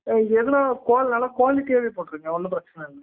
எதுனால் குவா நல்லா குவாலிட்டியாகவே போட்டிருங்க ஒன்றும் பிரச்சின இல்லை